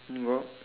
what